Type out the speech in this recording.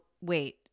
wait